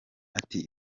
ati